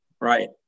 Right